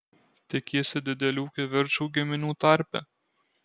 tikiesi didelių kivirčų giminių tarpe